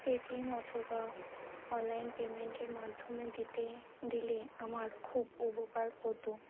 Paytm অথবা online পেমেন্টের মাধ্যমে দিতে দিলে আমার খুব উপকার হতো